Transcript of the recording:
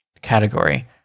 category